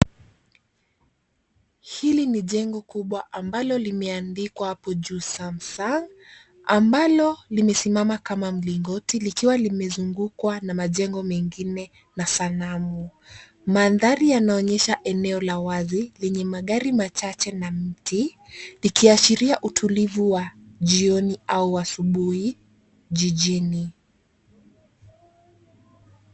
Hili ni jengo kubwa ambalo limeandikwa hapo juu Samsung, ambalo limesimama kama mlingoti likiwa limezungukwa na majengo mengine na sanamu. Mandhari yanaonyesha eneo la wazi lenye magari machache na mti, likiashiria utulivu wa jioni au asubuhi jijini.